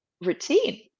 routine